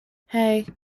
hey